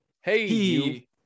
hey